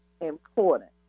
important